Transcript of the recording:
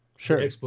Sure